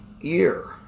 year